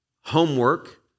homework